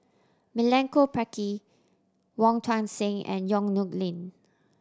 Milenko Prvacki Wong Tuang Seng and Yong Nyuk Lin